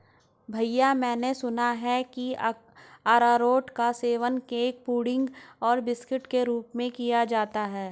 भैया मैंने सुना है कि अरारोट का सेवन केक पुडिंग और बिस्कुट के रूप में किया जाता है